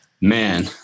Man